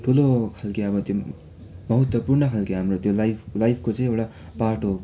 ठुलो खालके अब त्यो महत्त्वपूर्ण खालके हाम्रो त्यो लाइफ लाइफको चाहिँ एउटा पार्ट हो